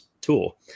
tool